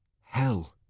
Hell